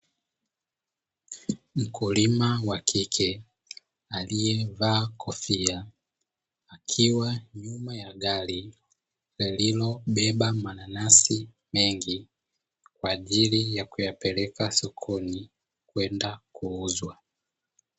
Mkulima wa kike aliye vaa kofia akiwa nyuma ya gari, lililobeba mananasi mengi kwa ajili ya kuyapeleka sokoni na kwenda kuuzwa.